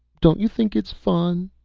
don't you think it's fun?